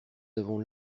avons